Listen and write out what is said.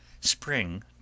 Spring